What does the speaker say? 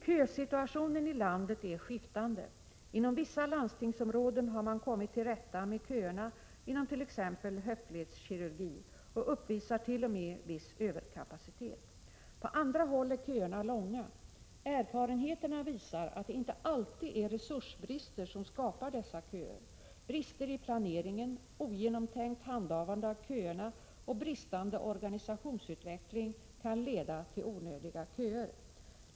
Kösituationen i landet är skiftande. Inom vissa landstingsområden har man kommit till rätta med köerna inom t.ex. höftledskirurgi och uppvisar t.o.m. viss överkapacitet. På andra håll är köerna långa. Erfarenheten visar att det inte alltid är resursbrister som skapar dessa köer. Brister i planeringen, ogenomtänkt handhavande av köerna och bristande organisationsutveckling kan leda till onödiga köer.